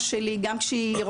גם כשהיא מטפלת באימא שלי,